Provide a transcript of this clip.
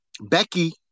Becky